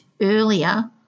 earlier